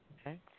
Okay